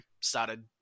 started